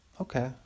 Okay